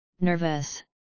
Nervous